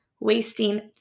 wasting